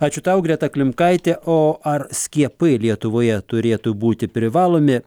ačiū tau greta klimkaitė o ar skiepai lietuvoje turėtų būti privalomi